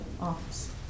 office